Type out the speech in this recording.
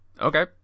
Okay